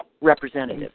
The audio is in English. representative